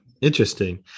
Interesting